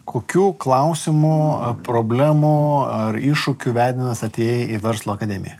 kokių klausimų problemų ar iššūkių vedinas atėjai į verslo akademiją